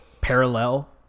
parallel